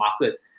market